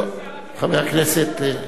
חבר הכנסת זחאלקה, נתנו לך, נתנו לך במה רחבה.